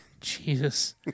Jesus